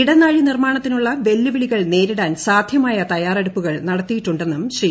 ഇടനാഴി നിർമ്മാണത്തിലുള്ള വെല്ലുവിളികൾ നേരിടാൻ സാധ്യമായ തയ്യാറെടുപ്പുകൾ നടത്തിയിട്ടുണ്ടെന്നും ശ്രീ